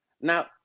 Now